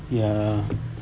ya